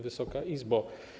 Wysoka Izbo!